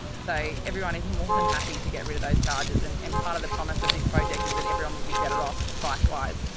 so everyone is more than happy to get rid of those charges, and and part of the promise of this project is that everyone will be better off pricewise,